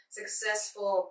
successful